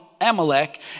Amalek